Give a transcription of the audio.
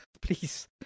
Please